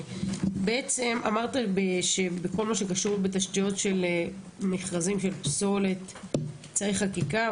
אמרת שבכל מה שקשור לתשתיות במכרזים של פסולת צריך חקיקה,